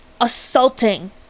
assaulting